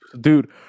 dude